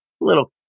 little